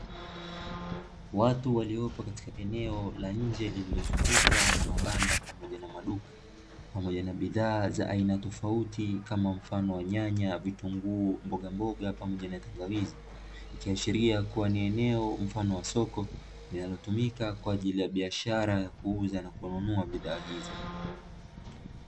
Watu waliopo katika eneo la nje liilozungukwa na mabanda pamoja na maduka pamoja na bidhaa za aina tofauti kama mfano wa nyanya, vitunguu, mbogamboga pamoja na tangawizi, likiashiria kuwa ni eneo mfano wa soko linalotumika kwa ajii ya biashara ya kuuza na kununua bidhaa hizo.